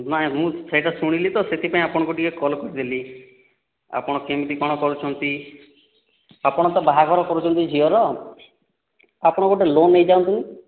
ନାହିଁ ମୁଁ ସେହିଟା ଶୁଣିଲିତ ସେଥିପାଇଁ ଆପଣଙ୍କୁ ଟିକେ କଲ୍ କରିଦେଲି ଆପଣ କେମିତି କ'ଣ କରୁଛନ୍ତି ଆପଣ ତ ବାହାଘର କରୁଛନ୍ତି ଝିଅର ଆପଣ ଗୋଟିଏ ଲୋନ୍ ନେଇଯାନ୍ତୁ